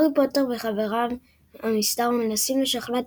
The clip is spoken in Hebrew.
הארי פוטר וחברי המסדר מנסים לשכנע את